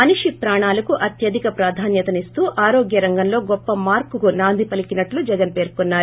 మనిషి ప్రాణాలకు అత్యధిక ప్రాధాన్వత నిస్తూ ఆరోగ్య రంగంలో గొప్ప మార్పుకు నాంది పలికి నట్లు జగన్ పేర్కున్నారు